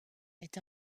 est